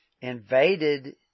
invaded